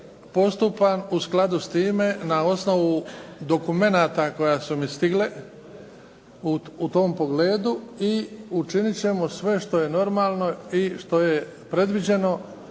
postupam u skladu s time na osnovu dokumenata koji su mi stigli u tom pogledu i učinit ćemo sve što je normalno i što je predviđeno